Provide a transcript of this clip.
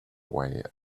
way